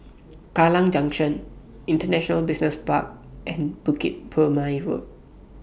Kallang Junction International Business Park and Bukit Purmei Road